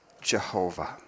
Jehovah